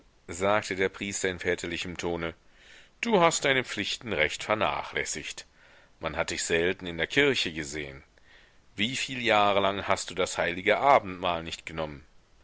sagte der priester in väterlichem tone du hast deine pflichten recht vernachlässigt man hat dich selten in der kirche gesehen wieviel jahre lang hast du das heilige abendmahl nicht genommen